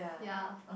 ya